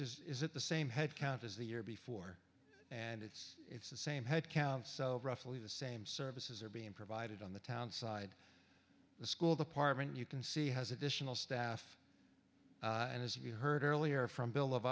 is is it the same headcount as the year before and it's it's the same head count so roughly the same services are being provided on the town side the school the partment you can see has additional staff and as you heard earlier from bill of